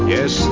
Yes